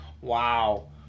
Wow